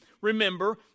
remember